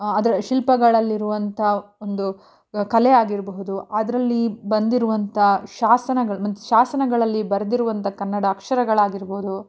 ಅದರ ಶಿಲ್ಪಗಳಲ್ಲಿರುವಂಥ ಒಂದು ಕಲೆ ಆಗಿರಬಹುದು ಅದರಲ್ಲಿ ಬಂದಿರುವಂಥ ಶಾಸನಗಳು ಮಂಚಿ ಶಾಸನಗಳಲ್ಲಿ ಬರೆದಿರುವಂಥ ಕನ್ನಡ ಅಕ್ಷರಗಳಾಗಿರ್ಬೋದು